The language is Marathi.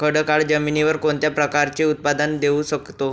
खडकाळ जमिनीवर कोणत्या प्रकारचे उत्पादन घेऊ शकतो?